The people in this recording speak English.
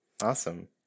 Awesome